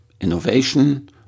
innovation